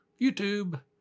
YouTube